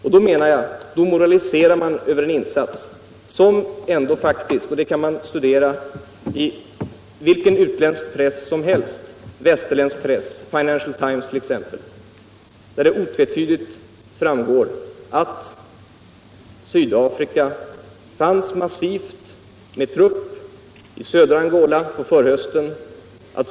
Jag menar att man moraliserar över en insats som ändå faktiskt — det kan man studera i all västerländsk press, t.ex. i Financial Times = föranleddes av att en massiv sydafrikansk truppstyrka fanns i södra Angola på förhösten.